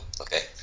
okay